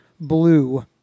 blue